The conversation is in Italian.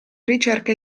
ricerca